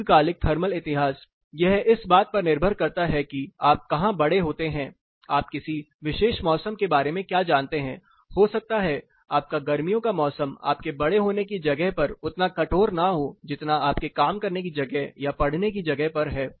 दीर्घकालिक थर्मल इतिहास यह इस बात पर निर्भर करता है कि आप कहाँ बड़े होते हैं आप किसी विशेष मौसम के बारे में क्या जानते हैं हो सकता है आपका गर्मियों का मौसम आपके बड़े होने की जगह पर उतना कठोर ना हो जितना आपके काम करने की जगह या पढ़ने की जगह पर है